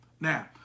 now